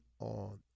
on